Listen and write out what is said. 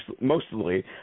mostly